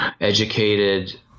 educated